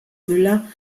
müller